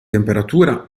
temperatura